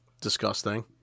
Disgusting